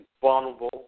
vulnerable